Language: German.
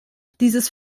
dieses